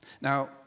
Now